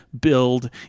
build